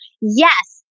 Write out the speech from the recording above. yes